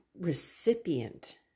recipient